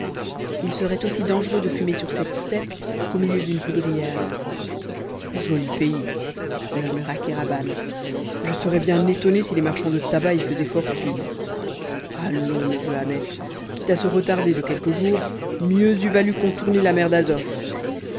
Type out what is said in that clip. il serait aussi dangereux de fumer sur cette steppe qu'au milieu d'une poudrière joli pays murmura kéraban je serais bien étonné si les marchands de tabac y faisaient fortune allons neveu ahmet quitte à se retarder de quelques jours mieux eût valu contourner la mer d'azof